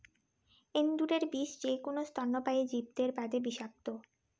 এন্দুরের বিষ যেকুনো স্তন্যপায়ী জীবের বাদে বিষাক্ত,